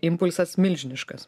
impulsas milžiniškas